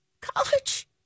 college